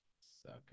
sucker